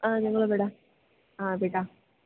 ആ ഞങ്ങള് വിടാം ആ വിടാം